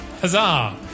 Huzzah